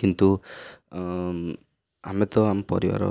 କିନ୍ତୁ ଆମେ ତ ଆମ ପରିବାର